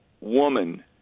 woman